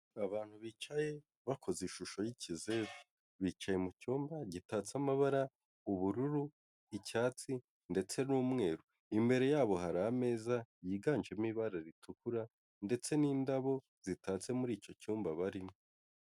Abantu bicaye bakoze ishusho y'ikizeru, bicaye mu cyumba gitatse amabara ubururu, icyatsi ndetse n'umweru, imbere yabo hari ameza yiganjemo ibara ritukura ndetse n'indabo zitatse muri icyo cyumba barimo.